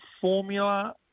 formula